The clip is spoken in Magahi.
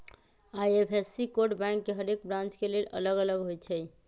आई.एफ.एस.सी कोड बैंक के हरेक ब्रांच के लेल अलग अलग होई छै